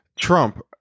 Trump